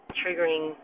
triggering